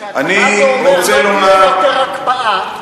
וכשאתה בא ואומר: לא יותר הקפאה,